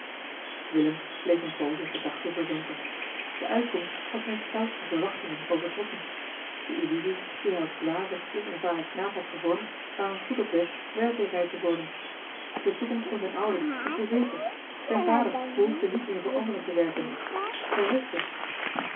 willem bleef eene poos in gedachten verzonken de uitkomst had zijne stoutste verwachtingen overtroffen de illusies die hij als dwaze onervaren knaap had gevormd waren goed op weg werkelijkheid te worden de toekomst van zijne ouders was verzekerd zijn vader behoefde niet meer voor anderen te werken zijne zuster